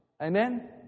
Amen